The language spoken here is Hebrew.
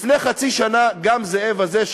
לפני חצי שנה גם זאב הזה,